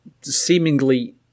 seemingly